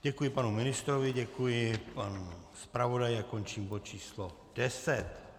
Děkuji panu ministrovi, děkuji panu zpravodaji a končím bod č. 10.